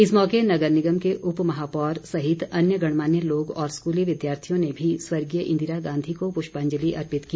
इस मौके नगर निगम के उप महापौर सहित अन्य गणमान्य लोग और स्कूली विद्यार्थियों ने भी स्वर्गीय इंदिरा गांधी को पुष्पांजलि अर्पित की